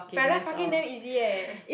parallel parking damn easy eh